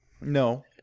No